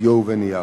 בדיו ובנייר.